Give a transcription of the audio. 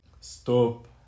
Stop